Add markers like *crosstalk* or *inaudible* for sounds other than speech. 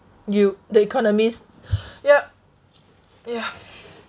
you the economists *breath* yup ya